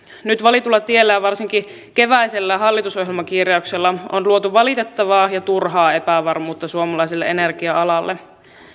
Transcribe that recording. nyt valitulla tiellä ja varsinkin keväisellä hallitusohjelmakirjauksella on luotu valitettavaa ja turhaa epävarmuutta suomalaiselle energia alalle